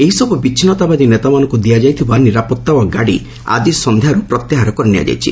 ଏହିସବୁ ବିଚ୍ଛିନ୍ନତାବାଦୀ ନେତାମାନଙ୍କୁ ଦିଆଯାଇଥିବା ନିରାପତ୍ତା ଓ ଗାଡ଼ି ଆଜି ସଂଧ୍ୟାରୁ ପ୍ରତ୍ୟାହାର କରିନିଆଯାଇଛି